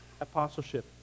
apostleship